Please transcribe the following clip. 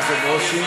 חבר הכנסת ברושי,